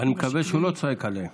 אני מקווה שהוא לא צועק עליהם.